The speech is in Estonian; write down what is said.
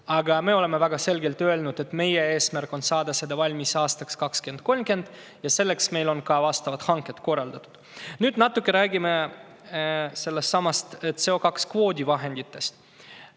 aga me oleme väga selgelt öelnud, et meie eesmärk on saada see valmis aastaks 2030, ja selleks on ka vastavad hanked korraldatud. Nüüd räägime natuke sellesama CO2-kvoodi vahenditest.